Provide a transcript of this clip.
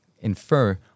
infer